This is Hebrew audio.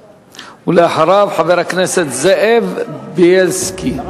ואחריו, חבר הכנסת זאב בילסקי.